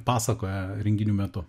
pasakoja renginių metu